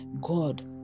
god